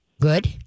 good